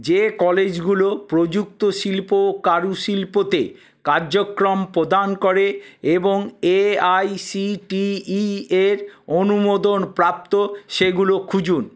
যে কলেজগুলো প্রযুক্ত শিল্প ও কারুশিল্পতে কার্যক্রম প্রদান করে এবং এআইসিটিইয়ের অনুমোদন প্রাপ্ত সেগুলো খুঁজুন